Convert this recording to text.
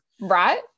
Right